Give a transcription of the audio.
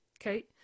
okay